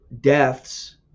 deaths